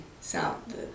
sound